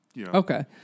Okay